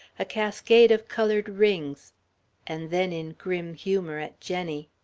a cascade of colored rings and then in grim humour at jenny.